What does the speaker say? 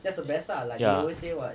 yeah